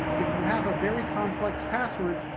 if you have a very complex password,